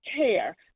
care